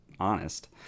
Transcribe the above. honest